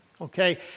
Okay